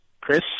Chris